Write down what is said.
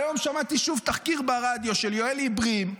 היום שמעתי שוב תחקיר ברדיו של יואלי ברים,